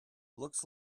looks